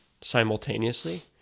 simultaneously